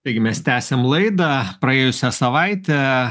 taigi mes tęsiam laidą praėjusią savaitę